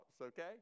okay